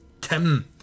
Tim